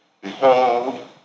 Behold